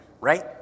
right